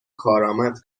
کارآمد